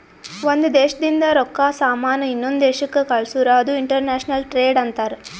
ಒಂದ್ ದೇಶದಿಂದ್ ರೊಕ್ಕಾ, ಸಾಮಾನ್ ಇನ್ನೊಂದು ದೇಶಕ್ ಕಳ್ಸುರ್ ಅದು ಇಂಟರ್ನ್ಯಾಷನಲ್ ಟ್ರೇಡ್ ಅಂತಾರ್